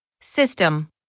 System